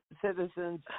citizens